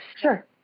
Sure